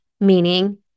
meaning